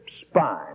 spine